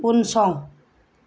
उनसं